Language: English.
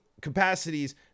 capacities